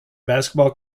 basketball